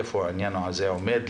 איפה העניין הזה עומד,